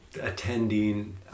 attending